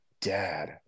Dad